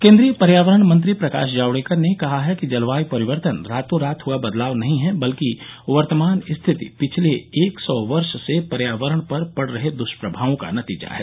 केन्द्रीय पर्यावरण मंत्री प्रकाश जावड़ेकर ने कहा है कि जलवाय परिवर्तन रातों रात हआ बदलाव नहीं है बल्कि वर्तमान रिथति पिछले एक सौ वर्ष से पर्यावरण पर पड रहे दृष्प्रभावों का नतीजा है